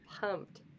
pumped